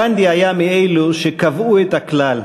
גנדי היה מאלו שקבעו את הכלל: